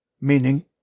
Meaning